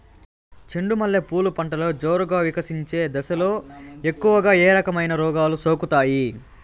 చెండు మల్లె పూలు పంటలో జోరుగా వికసించే దశలో ఎక్కువగా ఏ రకమైన రోగాలు సోకుతాయి?